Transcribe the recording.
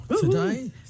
today